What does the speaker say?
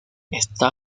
esta